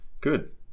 Good